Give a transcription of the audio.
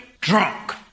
drunk